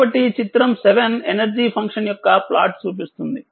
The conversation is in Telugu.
కాబట్టిచిత్రం7ఎనర్జీ ఫంక్షన్యొక్క ప్లాట్ చూపిస్తుంది